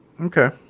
Okay